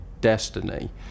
destiny